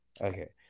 Okay